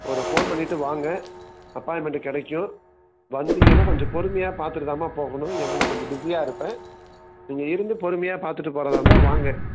ஒரு ஃபோன் பண்ணிகிட்டு வாங்க அப்பாயின்மென்ட் கிடைக்கும் வந்தீங்கன்னா கொஞ்சம் பொறுமையாக பார்த்துட்டு தான்ம்மா போகணும் ஏன்னா நான் கொஞ்சம் பிஸியாக இருப்பேன் நீங்கள் இருந்து பொறுமையாக பார்த்துட்டு போகிறதா இருந்தால் வாங்க